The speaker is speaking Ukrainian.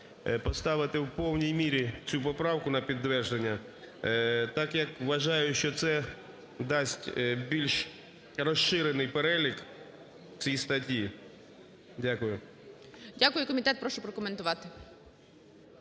поставити в повній мірі цю поправку на підтвердження, так як вважаю, що це дасть більш розширений перелік в цій статті. Дякую. ГОЛОВУЮЧИЙ. Дякую. Комітет, прошу прокоментувати.